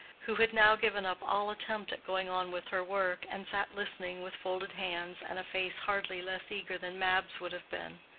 who had now given up all attempt at going on with her work, and sat listening with folded hands and a face hardly less eager than mab's would have been.